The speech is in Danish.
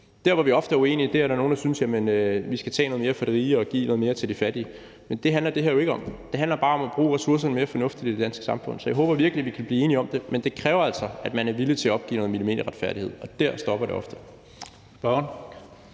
Der, hvor vi ofte er uenige, er, når der er nogen, der synes, at vi skal tage noget mere fra de rige og give noget mere til de fattige, men det handler det her jo ikke om. Det handler bare om at bruge ressourcerne mere fornuftigt i det danske samfund, så jeg håber virkelig, at vi kan blive enige om det, men det kræver altså, at man er villig til at opgive noget millimeterretfærdighed, og der stopper det ofte.